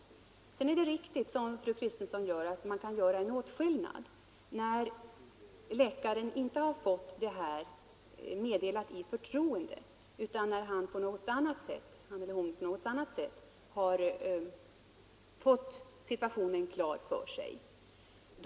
Sedan är det riktigt, som fru Kristensson säger, att man kan göra en åtskillnad mellan de fall där läkaren fått ett förtroende och de fall där han eller hon på något annat sätt har fått situationen klar för sig.